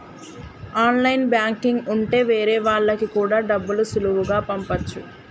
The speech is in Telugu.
ఆన్లైన్ బ్యాంకింగ్ ఉంటె వేరే వాళ్ళకి కూడా డబ్బులు సులువుగా పంపచ్చు